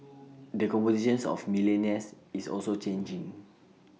the composition of millionaires is also changing